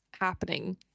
happening